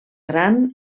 gran